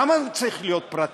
למה זה צריך להיות פרטי?